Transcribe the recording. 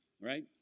right